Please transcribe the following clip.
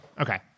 Okay